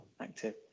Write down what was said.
Active